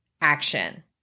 action